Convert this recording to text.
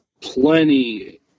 plenty